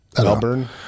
Melbourne